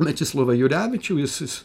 mečislovą jurevičių jis jis